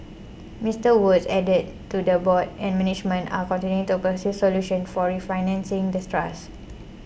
Mister Woods added to the board and management are continuing to pursue solutions for refinancing the trust